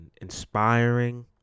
inspiring